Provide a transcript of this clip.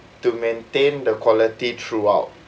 to maintain the quality throughout